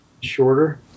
shorter